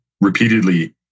repeatedly